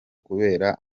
kubera